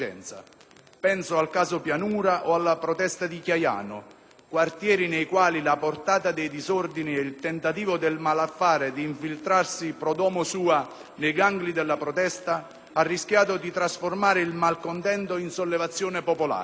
Penso al caso Pianura o alla protesta di Chiaiano: quartieri nei quali la portata dei disordini e il tentativo del malaffare di infiltrarsi *pro domo sua* nei gangli della protesta ha rischiato di trasformare il malcontento in sollevazione popolare.